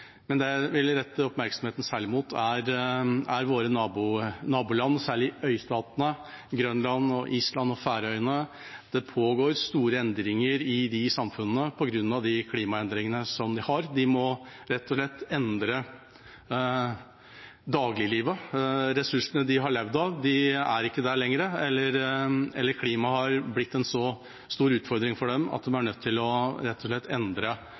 Det jeg særlig vil rette oppmerksomheten mot, er våre naboland, særlig øystatene Grønland, Island og Færøyene. Det pågår store endringer i de samfunnene på grunn av klimaendringene de har. De må rett og slett endre dagliglivet. Ressursene de har levd av, er ikke der lenger, eller klimaet har blitt en så stor utfordring for dem at de rett og slett er nødt til å